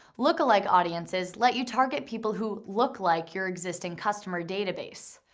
lookalike audiences let you target people who look like your existing customer database.